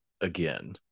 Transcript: again